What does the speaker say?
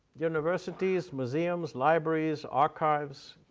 universities, museums, libraries, archives,